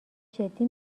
جدی